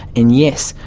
and yes,